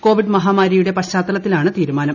Covid മഹാമാരിയുടെ പശ്ചാത്തലത്തിലാണ് തീരുമാനം